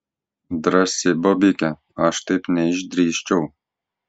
drąsi bobikė aš taip neišdrįsčiau